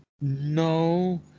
No